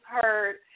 heard